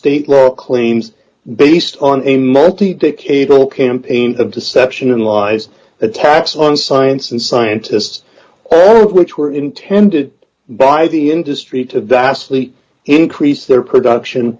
state law claims based on a matty decadal campaign of deception and lies attacks on science and scientists which were intended by the industry to vastly increase their production